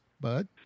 Bud